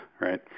right